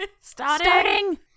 Starting